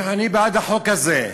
אני בעד החוק הזה: